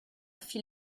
fit